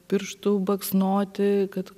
pirštu baksnoti kad